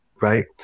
Right